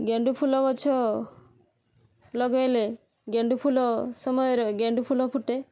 ଗେଣ୍ଡୁଫୁଲ ଗଛ ଲଗାଇଲେ ଗେଣ୍ଡୁଫୁଲ ସମୟରେ ଗେଣ୍ଡୁ ଫୁଲ ଫୁଟେ